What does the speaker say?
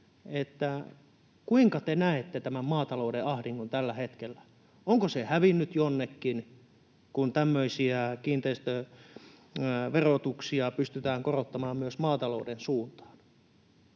kysyä: Kuinka te näette tämän maatalouden ahdingon tällä hetkellä? Onko se hävinnyt jonnekin, kun tämmöisiä kiinteistöverotuksia pystytään korottamaan myös maatalouden suuntaan?